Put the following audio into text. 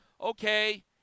Okay